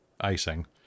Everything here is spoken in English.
icing